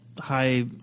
high